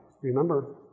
remember